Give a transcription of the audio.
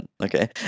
Okay